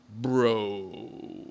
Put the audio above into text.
bro